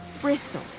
Bristol